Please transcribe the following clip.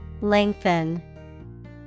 Lengthen